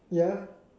ya